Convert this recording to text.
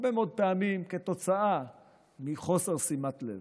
הרבה מאוד פעמים כתוצאה מחוסר שימת לב.